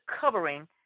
covering